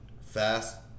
Fast